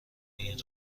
این